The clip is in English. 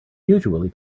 usually